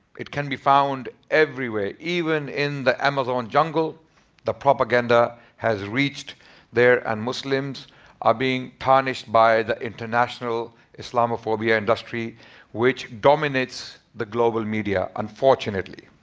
it can be found everywhere. even in the amazon jungle the propaganda has reached there. and muslims are being punished by the international islamophobia industry which dominates the global media. unfortunately.